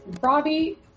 Robbie